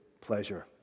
pleasure